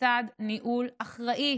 לצד ניהול אחראי